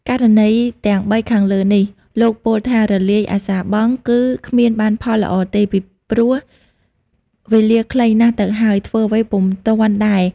ករណីទាំងបីខាងលើនេះ លោកពោលថា រលាយអសារបង់ គឺគ្មានបានផលល្អទេ ពីព្រោះវេលាខ្លីណាស់ទៅហើយ ធ្វើអ្វីក៏ពុំទាន់ដែរ ។